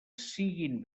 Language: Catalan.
siguin